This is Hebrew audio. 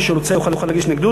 מי שרוצה יוכל להגיש התנגדות.